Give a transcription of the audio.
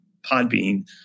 Podbean